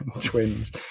twins